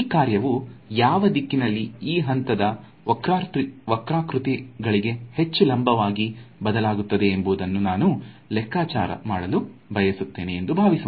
ಈ ಕಾರ್ಯವು ಯಾವ ದಿಕ್ಕಿನಲ್ಲಿ ಈ ಹಂತದ ವಕ್ರಾಕೃತಿಗಳಿಗೆ ಹೆಚ್ಚು ಲಂಬವಾಗಿ ಬದಲಾಗುತ್ತದೆ ಎಂಬುದನ್ನು ನಾನು ಲೆಕ್ಕಾಚಾರ ಮಾಡಲು ಬಯಸುತ್ತೇನೆ ಎಂದು ಭಾವಿಸೋಣ